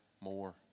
more